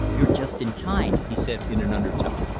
you're just in time, he said in an undertone.